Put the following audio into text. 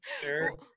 Sure